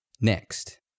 next